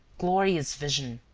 glorious vision!